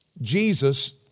Jesus